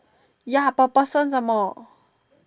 ya per person some more